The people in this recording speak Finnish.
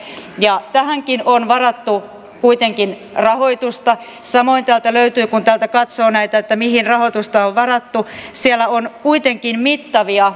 tähänkin on varattu kuitenkin rahoitusta samoin kun katsoo mihin rahoitusta on varattu siellä on kuitenkin mittavia